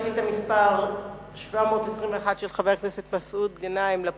שאילתא 721 של חבר הכנסת מסעוד גנאים, לפרוטוקול,